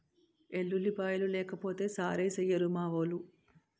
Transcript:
ఎల్లుల్లిపాయలు లేకపోతే సారేసెయ్యిరు మావోలు